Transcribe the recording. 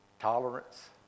tolerance